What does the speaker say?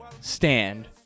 Stand